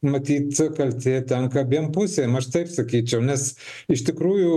matyt kaltė tenka abiem pusėm aš taip sakyčiau nes iš tikrųjų